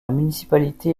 municipalité